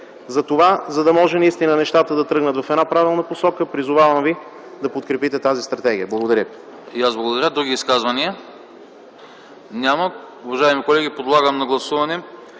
родители. За да може наистина нещата да тръгнат в правилна посока, призовавам ви да подкрепите тази стратегия. Благодаря.